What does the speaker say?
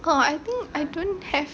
oh I think I don't have